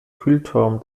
kühlturm